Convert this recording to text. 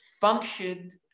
functioned